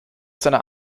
seiner